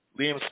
Liam